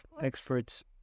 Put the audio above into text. experts